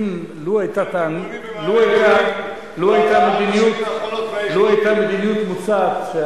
לו היתה מדיניות מוצעת,